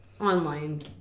online